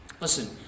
Listen